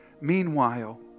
Meanwhile